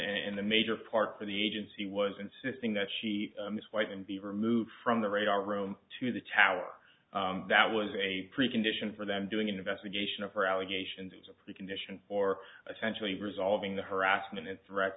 and the major part for the agency was insisting that she was white and be removed from the radar room to the tower that was a precondition for them doing an investigation of her allegations as a precondition for essentially resolving the harassment and threat